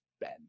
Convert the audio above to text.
Ben